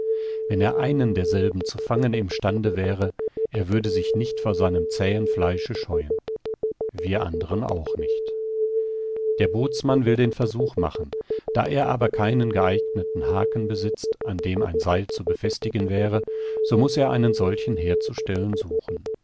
wenn er einen derselben zu fangen im stande wäre er würde sich nicht vor seinem zähen fleische scheuen wir anderen auch nicht der bootsmann will den versuch machen da er aber keinen geeigneten haken besitzt an den ein seil zu befestigen wäre so muß er einen solchen herzustellen suchen